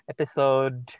Episode